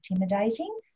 intimidating